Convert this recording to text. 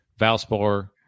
Valspar